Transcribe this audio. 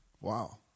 wow